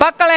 a kari